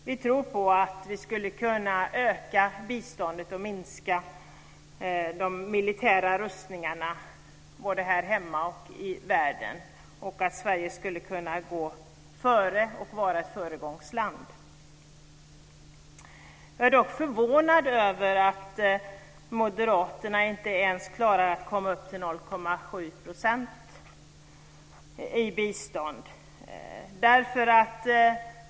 Vi tror på att vi skulle kunna öka biståndet och minska de militära rustningarna här hemma och i världen och att Sverige skulle kunna vara ett föregångsland. Jag är dock förvånad över att Moderaterna inte ens klarar att nå upp till 0,7 % i bistånd.